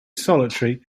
solitary